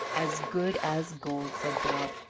as good as gold, said bob,